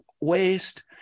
waste